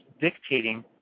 dictating